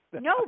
No